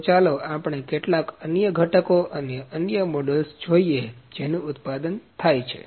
તો ચાલો આપણે કેટલાક અન્ય ઘટકો અને અન્ય મોડેલ્સ જોઈએ જેનું ઉત્પાદન થાય છે